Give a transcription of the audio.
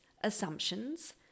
assumptions